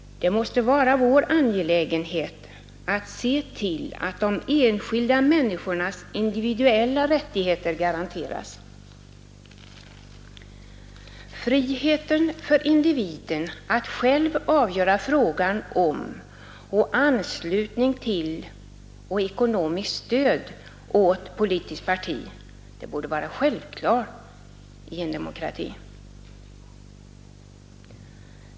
Det måste vara vår angelägenhet att se till att de enskilda människornas individuella rättigheter garanteras. Friheten för individen att själv avgöra frågan om anslutning till och ekonomiskt stöd åt politiskt parti borde vara självklar i en demokrati.